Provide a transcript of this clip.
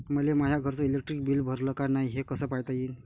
मले माया घरचं इलेक्ट्रिक बिल भरलं का नाय, हे कस पायता येईन?